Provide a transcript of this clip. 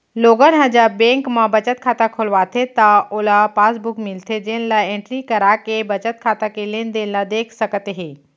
लोगन ह जब बेंक म बचत खाता खोलवाथे त ओला पासबुक मिलथे जेन ल एंटरी कराके बचत खाता के लेनदेन ल देख सकत हे